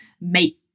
make